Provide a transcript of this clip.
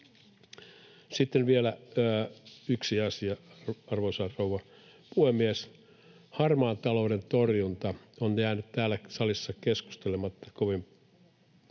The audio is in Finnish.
Sitten vielä yksi asia, arvoisa rouva puhemies! Harmaan talouden torjunta on jäänyt täällä salissa keskustelussa hyvin